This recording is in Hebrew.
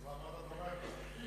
אז למה אתה תומך בה?